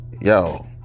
yo